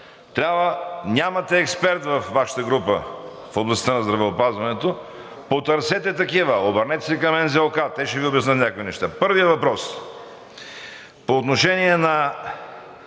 каса – нямате експерт във Вашата група в областта на здравеопазването, потърсете такива, обърнете се към НЗОК, те ще Ви обяснят някои неща. Първият въпрос, по отношение на